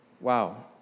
Wow